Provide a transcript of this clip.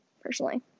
Personally